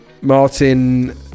martin